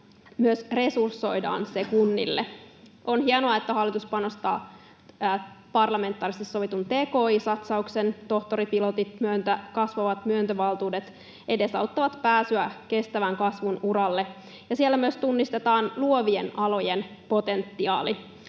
myös resursoidaan kunnille. On hienoa, että hallitus panostaa parlamentaarisesti sovittuun tki-satsaukseen. Tohtoripilotit, kasvavat myöntövaltuudet, edesauttavat pääsyä kestävän kasvun uralle. Siellä myös tunnistetaan luovien alojen potentiaali.